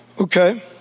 okay